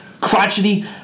crotchety